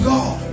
God